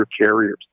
carriers